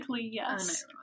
yes